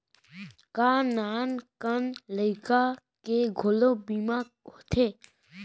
का नान कन लइका के घलो बीमा होथे?